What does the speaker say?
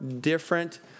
different